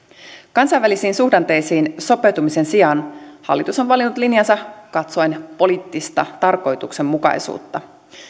kansainvälisiin suhdanteisiin sopeutumisen sijaan hallitus on valinnut linjansa katsoen poliittista tarkoituksenmukaisuutta